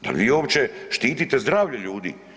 Da li vi uopće štitite zdravlje ljudi?